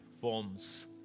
forms